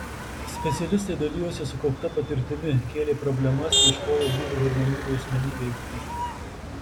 specialistai dalijosi sukaupta patirtimi kėlė problemas ieškojo būdų harmoningai asmenybei ugdyti